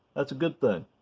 that's a good thing!